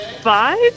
five